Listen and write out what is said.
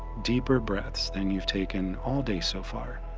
deeper breaths than you've taken all day so far.